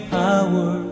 power